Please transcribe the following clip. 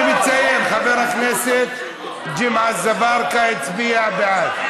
אני מציין, חבר הכנסת ג'מעה אזברגה הצביע בעד.